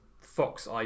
Fox